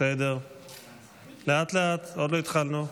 עוד לא התחלנו.